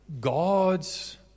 God's